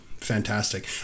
fantastic